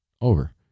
over